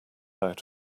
out